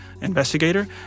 investigator